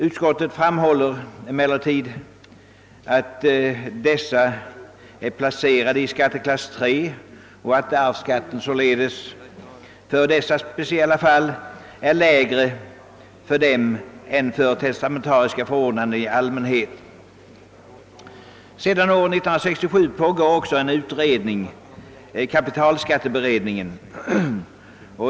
Utskottet framhåller emellertid att dessa är placerade i skatteklass III och att arvsskatten således för dessa speciella fall är lägre än för testamentariska förordnanden i allmänhet. Sedan år 1967 pågår också en utredning, kapitalskatteberedningen.